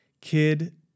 kid